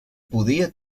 podia